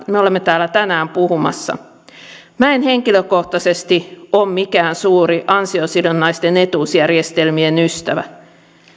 me olemme täällä tänään puhumassa minä en henkilökohtaisesti ole mikään suuri ansiosidonnaisten etuusjärjestelmien ystävä